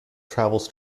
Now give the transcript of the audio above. travels